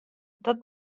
dat